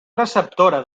receptora